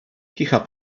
kicha